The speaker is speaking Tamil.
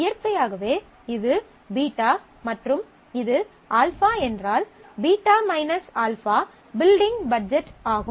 இயற்கையாகவே இது β மற்றும் இது α என்றால் β α பில்டிங் பட்ஜெட் ஆகும்